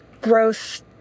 growth